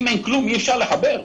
ואם אין כלום, אי אפשר לחבר.